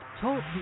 Talk